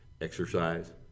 exercise